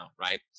right